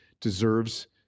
deserves